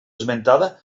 esmentada